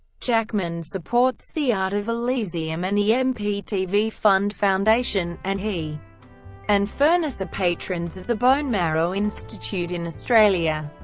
jackman supports the art of elysium and the mptv fund foundation, and he and furness are patrons of the bone marrow institute in australia.